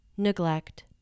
neglect